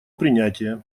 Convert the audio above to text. принятие